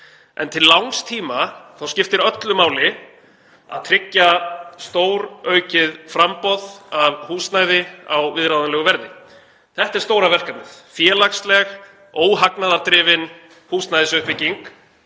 En til langs tíma skiptir öllu máli að tryggja stóraukið framboð af húsnæði á viðráðanlegu verði. Þetta er stóra verkefnið; félagsleg óhagnaðardrifin húsnæðisuppbygging.